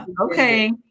Okay